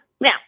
Now